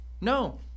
No